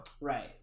Right